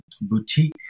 boutique